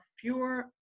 fewer